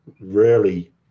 rarely